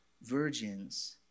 virgins